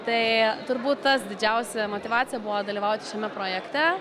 tai turbūt tas didžiausia motyvacija buvo dalyvauti šiame projekte